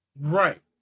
Right